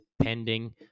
pending